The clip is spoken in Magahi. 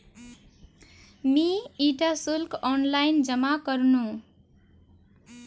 मी इटा शुल्क ऑनलाइन जमा करनु